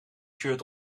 shirt